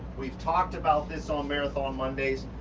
we've talked about this on marathon mondays,